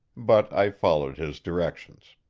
but i followed his directions.